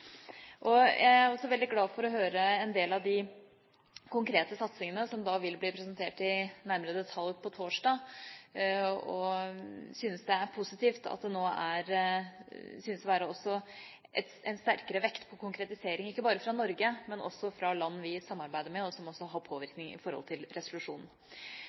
Jeg er også veldig glad for å høre en del av de konkrete satsingene, som vil bli presentert i nærmere detalj på torsdag, og syns det er positivt at det nå synes å være også en sterkere vekt på konkretisering, ikke bare fra Norge, men også fra land vi samarbeider med, og som også påvirker i forhold til resolusjonen.